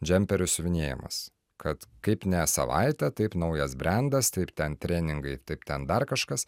džemperių siuvinėjimas kad kaip ne savaitė taip naujas brendas tai ten treningai taip ten dar kažkas